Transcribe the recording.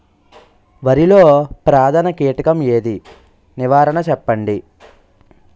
వరిలో ప్రధాన కీటకం ఏది? నివారణ చెప్పండి?